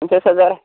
पन्सास हाजार